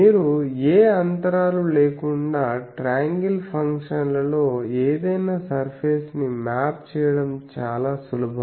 మీరు ఏ అంతరాలు లేకుండా ట్రయాంగిల్ ఫంక్షన్లతో ఏదైనా సర్ఫేస్ ని మ్యాప్ చేయడం చాలా సులభం